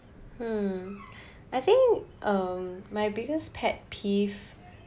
hmm I think um my biggest pet peeve